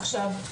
עכשיו,